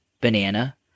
banana